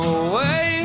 away